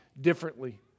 differently